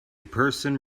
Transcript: person